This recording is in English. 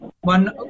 one